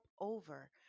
over